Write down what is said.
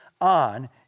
on